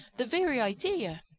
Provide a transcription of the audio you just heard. the very idea!